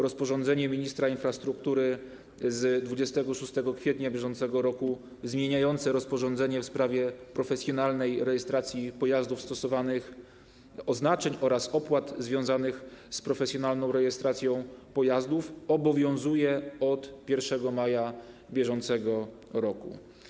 Rozporządzenie ministra infrastruktury z dnia 26 kwietnia br. zmieniające rozporządzenie w sprawie profesjonalnej rejestracji pojazdów, stosowanych oznaczeń oraz opłat związanych z profesjonalną rejestracją pojazdów obowiązuje od 1 maja br.